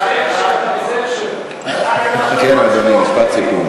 לא כתבתי, משום מה.